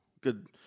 good